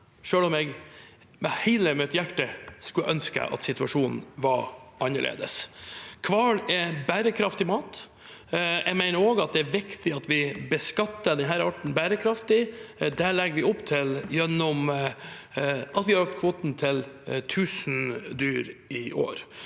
selv om jeg med hele mitt hjerte skulle ønske at situasjonen var annerledes. Hval er bærekraftig mat. Jeg mener også det er viktig at vi beskatter denne arten bærekraftig. Det legger vi opp til ved at vi har økt kvoten til 1 000 dyr i år.